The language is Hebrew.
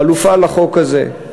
חלופה לחוק הזה,